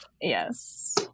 Yes